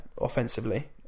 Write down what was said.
offensively